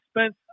Spence